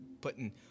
putting –